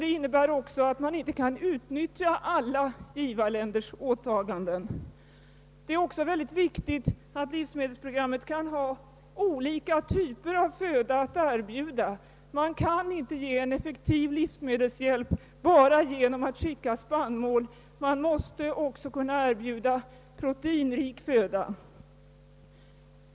Detta innebär också att man inte kan utnyttja alla givarländers åtaganden. Det är också synnerligen viktigt att livsmedelsprogrammet kan = erbjuda många olika typer av föda. Man kan inte ge en effektiv livsmedelshjälp bara genom att skicka spannmål; man måste också kunna erbjuda proteinrik föda.